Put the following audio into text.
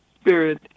spirit